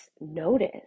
notice